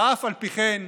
ואף על פי כן,